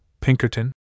Pinkerton